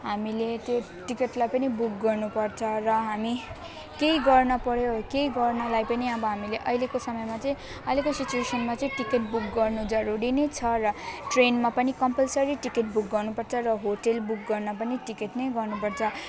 हामीले त्यो टिकेटलाई पनि बुक गर्नुपर्छ र हामी केही गर्नपर्यो केही गर्नलाई पनि अब हामीले अहिलेको समयमा चाहिँ अहिले सिचुवेसनमा चाहिँ टिकेट बुक गर्न जरुरी नै छ र ट्रेनमा पनि कम्पल्सरी टिकेट बुक गर्नुपर्छ र होटेल बुक गर्न पनि टिकेट नै गर्नुपर्छ